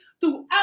throughout